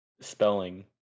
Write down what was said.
Spelling